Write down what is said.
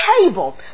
table